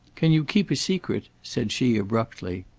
can you keep a secret? said she abruptly.